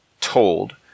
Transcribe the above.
told